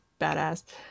badass